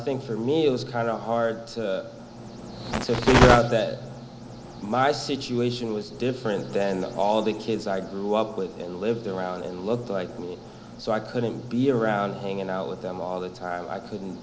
think for me it was kind of hard so that my situation was different than all the kids are grew up with and lived around and looked like them so i couldn't be around hanging out with them all the time i couldn't